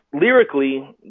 lyrically